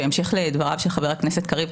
בהמשך לדבריו של חבר הכנסת קריב.